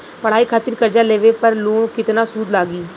पढ़ाई खातिर कर्जा लेवे पर केतना सूद लागी?